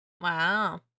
Wow